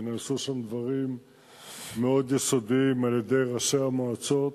ונעשו שם דברים מאוד יסודיים על-ידי ראשי המועצות,